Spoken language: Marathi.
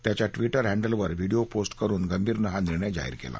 त्याच्या ट्विटर हॅडलवर व्हिडियो पोस्ट करुन गंभीरनं हा निर्णय जाहीर केला